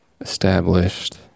established